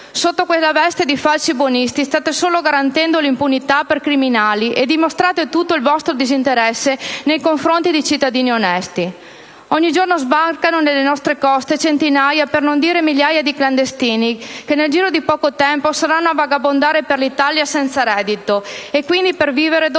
Sotto quella veste da falsi buonisti state solo garantendo l'impunità per i criminali e dimostrate tutto il vostro disinteresse nei confronti dei cittadini onesti. Ogni giorno sbarcano sulle nostre coste centinaia, per non dire migliaia, di clandestini che nel giro di poco tempo saranno a vagabondare per l'Italia senza reddito e che quindi per vivere dovranno